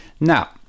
Now